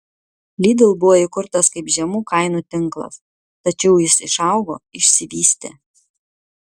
lidl buvo įkurtas kaip žemų kainų tinklas tačiau jis užaugo išsivystė